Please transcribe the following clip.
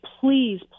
please